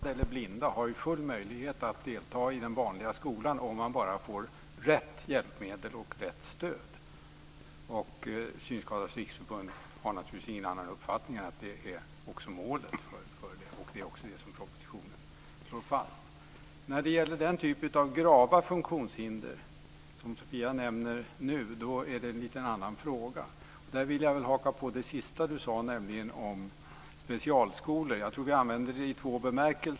Herr talman! Det är svårt att diskutera handikapp allmänt. Det finns många grupper, och lösningarna ser olika ut för de olika grupperna. Jag har givit argumenten för de döva. Där är kommunikationen så viktig att det motiverar att specialskolorna finns kvar. Situationen för de blinda eller synskadade eleverna har full möjlighet att delta i den vanliga skolan om de får rätt hjälpmedel och rätt stöd. Synskadades Riksförbund har ingen annan uppfattning än att det också är målet, och det är det som slås fast i propositionen. När det gäller den typ av grava funktionshinder som Sofia Jonsson nämner nu är det en annan fråga. Jag vill haka på det hon sade sist om specialskolor. Jag tror att vi använder begreppet i två bemärkelser.